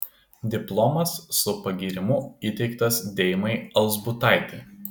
diplomas su pagyrimu įteiktas deimai alzbutaitei